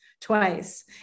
twice